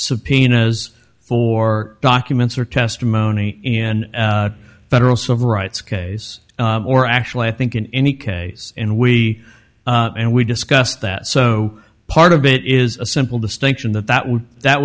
subpoenas for documents or testimony in federal civil rights case or actually i think in any and we and we discussed that so part of it is a simple distinction that that would that